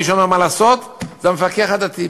מי שאומר מה לעשות זה המפקח הדתי,